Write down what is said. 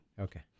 Okay